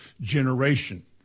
generation